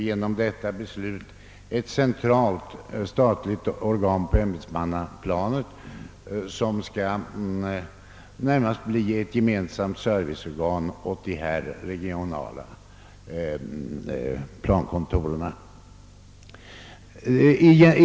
Genom detta beslut får vi nu ett centralt statligt organ på ämbetsmannaplanet, som närmast skall bli ett gemensamt serviceorgan för alla dessa regionala plankontor.